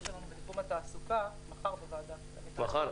שלנו בתחום התעסוקה ונציג את זה מחר.